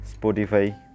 Spotify